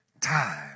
time